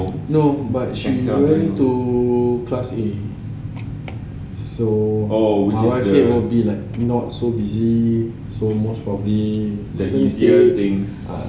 no but she going to class A so mama said will be like not so busy so most probably since dia ah